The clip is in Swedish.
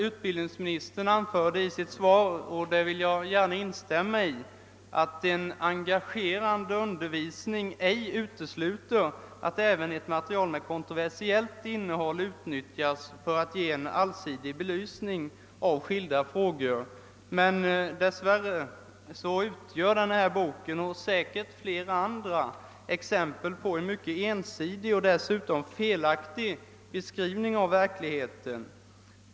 Utbildningsministern anförde i sitt svar — vilket jag kan instämma i — att en engagerande undervisning inte utesluter att även ett materiel med kontroversiellt innehåll utnyttjas för att ge en allsidig belysning av skilda frågor. Men dess värre utgör denna bok, och säkert flera andra, exempel på en mycket ensidig och dessutom felaktig beskrivning av verkligheten.